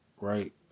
right